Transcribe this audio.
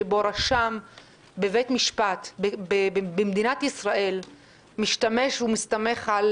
שבו רשם בבית משפט במדינת ישראל מסתמך על